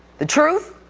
the truth?